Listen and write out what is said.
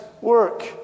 work